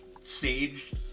sage